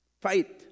fight